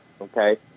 Okay